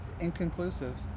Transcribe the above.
inconclusive